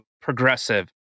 progressive